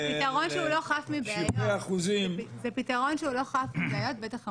זה פתרון שהוא לא חף מבעיות, בטח המורחב.